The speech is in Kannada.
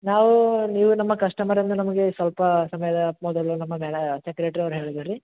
ನಾವು ನೀವು ನಮ್ಮ ಕಸ್ಟಮರ್ ಅಂತ ನಮಗೆ ಸ್ವಲ್ಪ ಸಮಯದ ಮೊದಲು ನಮ್ಮ ಮ್ಯಾಲೆ ಸೆಕ್ರೆಟ್ರಿಯವ್ರು ಹೇಳಿದರು ರೀ